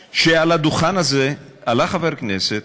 אני רוצה להזכיר לכולם שעל הדוכן הזה עלה חבר כנסת